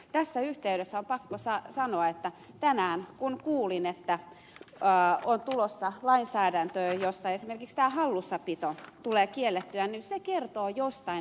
tässä yhteydessä on pakko sanoa että kun tänään kuulin että on tulossa lainsäädäntö jossa esimerkiksi tämä hallussapito tulee kielletyksi se kertoo jostain